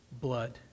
blood